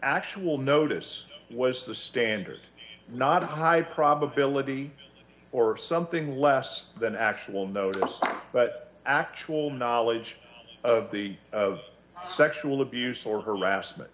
actual notice was the standard not of high probability or something less than actual notice but actual knowledge of the of sexual abuse or harassment